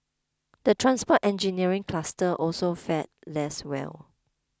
the transport engineering cluster also fared less well